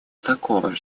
того